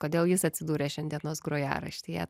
kodėl jis atsidūrė šiandienos grojaraštyje